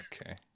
okay